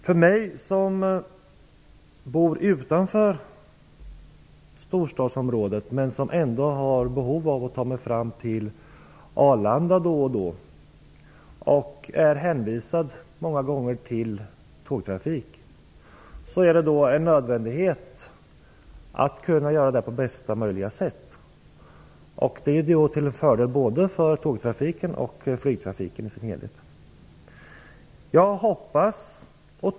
För mig som bor utanför storstadsområdet och många gånger är hänvisad till tågtrafik när jag har behov av att ta mig till Arlanda är det en nödvändighet att kunna göra det på bästa möjliga sätt. Detta är till fördel både för tågtrafiken och för flygtrafiken i dess helhet.